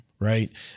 Right